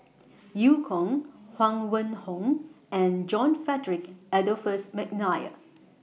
EU Kong Huang Wenhong and John Frederick Adolphus Mcnair